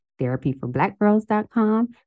therapyforblackgirls.com